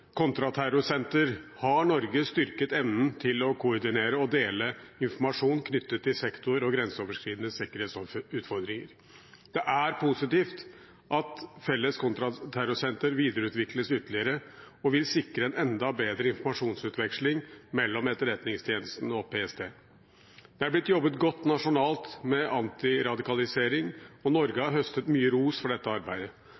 kontraterrorsenter har Norge styrket evnen til å koordinere og dele informasjon knyttet til sektor- og grenseoverskridende sikkerhetsutfordringer. Det er positivt at Felles kontraterrorsenter videreutvikles ytterligere og vil sikre en enda bedre informasjonsutveksling mellom Etterretningstjenesten og PST. Det er blitt jobbet godt nasjonalt med antiradikalisering, og Norge